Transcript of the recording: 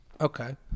Okay